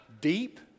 Deep